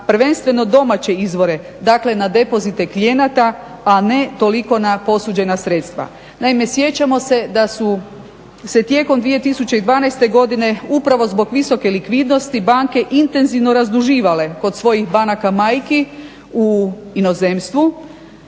prvenstveno domaće izvore, dakle na depozite klijenata a ne toliko na posuđena sredstva. Naime, sjećamo se da su se tijekom 2012.godine upravo zbog visoke likvidnosti banke intenzivno razduživale kroz svojih banaka majki u inozemstvu.